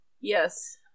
yes